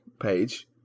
page